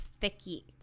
thicky